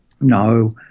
No